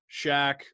Shaq